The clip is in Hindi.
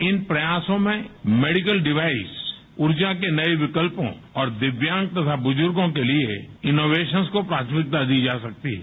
इन प्रयासों में मेडिकल डिवाइस ऊर्जा के नए विकल्पों और दिव्यांग तथा ब्रज़ुर्गों के लिए इनोवेशन्स को प्राथमिकता दी जा सकती है